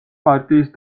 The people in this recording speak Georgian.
პარტიის